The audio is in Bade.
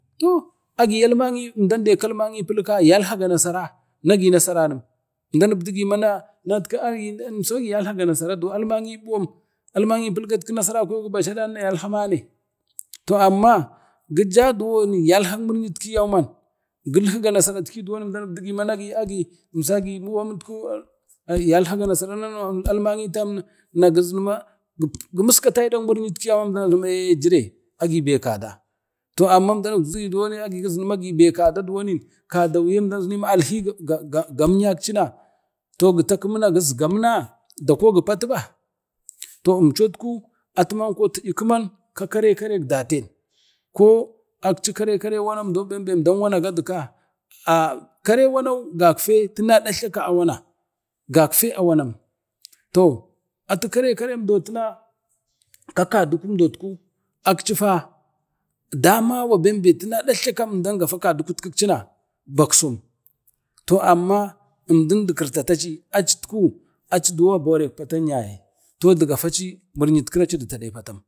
Toh agin yalma’i pilka yalha gamasara na gi nasanu əmdan ubdigi natku agi na emso gi yalha ga nasaran alma'i ɓuwam almayi pulka ganasara gi baci aran to amma gi jaduwoni yalha nasaran za emdat dugi man agi agiamsa gi buwan mutkuyalma ga nasaranmama muryani tam na gazini ma gi muskatawaidak muryi ki emdan na zuno ma eye jire agi mane? toh yalhan mir'yet kina gija yalha ganasara yaye əmden ubdugima yalhekcima ma niza du kuzguza, na gugwaze iren mir'yet ki na umdau gada kadu emda zunu alha gaga gam yari to gita kemuna gisgam na daku gi patu ba to emcotku atu mako tiyikkuam kaman ka kare karen daten ko akci kare kareu ba wanau bembe emda nan go wangaduka a karek wanawu gagfe tuna datla ka a wana gagfe awanam to atuka kare karen do tuna kakadu findotku aci fa damaw bembe i tuna datla ka emdam gafa kadukutcina bakson amma emdun du kircacaci acitku aci duwo aborik pata tamyaye to du gafaci muryitkiri ey dutade patam.